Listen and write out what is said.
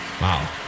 Wow